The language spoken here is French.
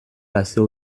passer